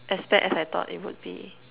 as bad as I thought it would be